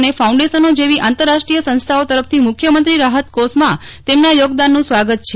અને ફાઉન્ડેશનો જેવી આંતરરાષ્ટ્રીય સંસ્થાઓ તરફથી મુખ્યમંત્રો રાહત કોષમાં તેમના યોગદાનનું રવાગત છે